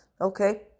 Okay